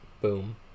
Boom